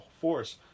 Force